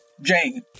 jane